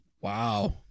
Wow